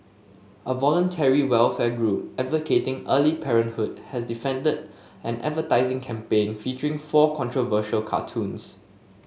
a voluntary welfare group advocating early parenthood has defended an advertising campaign featuring four controversial cartoons